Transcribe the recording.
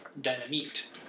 Dynamite